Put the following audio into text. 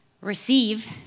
receive